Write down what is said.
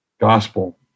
gospel